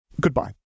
Goodbye